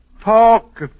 Talk